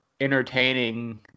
entertaining